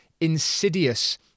insidious